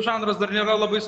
žanras dar nėra labai